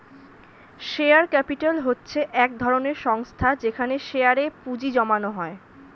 share capital হচ্ছে এক ধরনের সংস্থা যেখানে শেয়ারে এ পুঁজি জমানো হয়